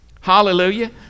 Hallelujah